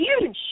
huge